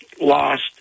lost